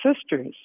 sisters